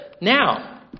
now